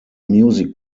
music